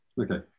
Okay